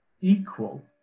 equal